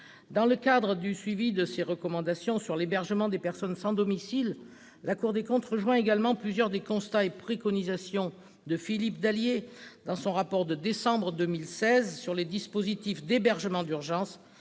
Dans le cadre du suivi de ses recommandations sur l'hébergement des personnes sans domicile, la Cour des comptes rejoint également plusieurs des constats établis et des préconisations formulées par Philippe Dallier dans son rapport du mois de décembre 2016 sur les dispositifs d'hébergement d'urgence,